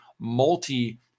multi